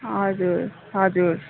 हजुर हजुर